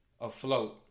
afloat